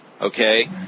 Okay